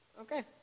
Okay